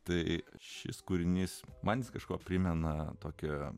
tai šis kūrinys man kažkuo primena tokią